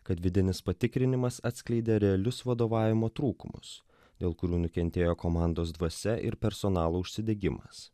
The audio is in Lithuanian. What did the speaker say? kad vidinis patikrinimas atskleidė realius vadovavimo trūkumus dėl kurių nukentėjo komandos dvasia ir personalo užsidegimas